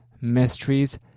mysteries